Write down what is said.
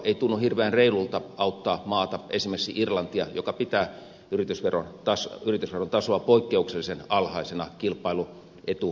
ei tunnu hirveän reilulta auttaa maata esimerkiksi irlantia joka pitää yritysveron tasoa poikkeuksellisen alhaisena kilpailuetusyistä